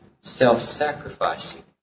self-sacrificing